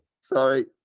Sorry